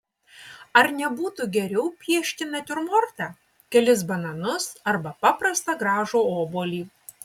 ar nebūtų geriau piešti natiurmortą kelis bananus arba paprastą gražų obuolį